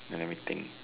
then let me think